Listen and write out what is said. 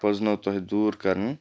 پَزنو تۄہہِ دوٗر کَرنۍ